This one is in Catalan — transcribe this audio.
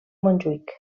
montjuïc